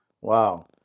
wow